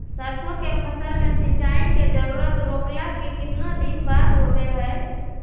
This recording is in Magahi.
सरसों के फसल में सिंचाई के जरूरत रोपला के कितना दिन बाद होबो हय?